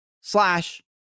slash